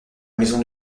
maison